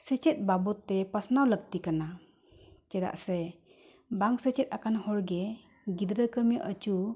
ᱥᱮᱪᱮᱫ ᱵᱟᱵᱚᱛ ᱛᱮ ᱯᱟᱥᱱᱟᱣ ᱞᱟᱹᱠᱛᱤ ᱠᱟᱱᱟ ᱪᱮᱫᱟᱜ ᱥᱮ ᱵᱟᱝ ᱥᱮᱪᱮᱫ ᱟᱠᱟᱱ ᱦᱚᱲ ᱜᱮ ᱜᱤᱫᱽᱨᱟᱹ ᱠᱟᱹᱢᱤ ᱟᱹᱪᱩ